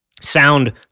sound